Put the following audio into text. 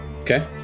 Okay